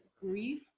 grief